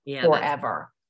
forever